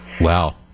Wow